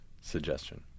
suggestion